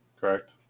Correct